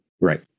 Right